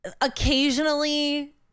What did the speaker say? Occasionally